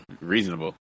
reasonable